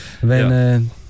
wenn